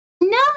No